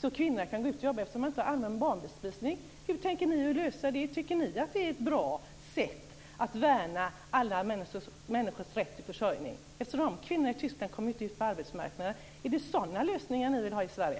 så att kvinnorna kan gå ut och jobba eftersom man inte har allmän barnbespisning. Hur tänker ni moderater lösa det? Tycker ni att det är ett bra sätt att värna alla människors rätt till försörjning? Dessa kvinnor i Tyskland kommer ju inte ut på arbetsmarknaden. Är det sådana lösningar ni vill ha i Sverige?